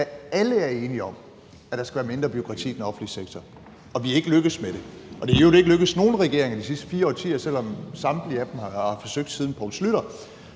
der alle er enige om, at der skal være mindre bureaukrati i den offentlige sektor. Og vi er ikke lykkedes med det. Det er i øvrigt ikke lykkedes nogen regering i de sidste 4 årtier, selv om samtlige af dem har forsøgt siden Poul Schlüter.